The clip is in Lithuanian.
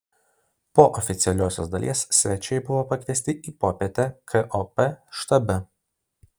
po oficialiosios dalies svečiai buvo pakviesti į popietę kop štabe